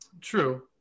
True